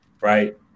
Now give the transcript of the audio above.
right